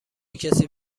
کسی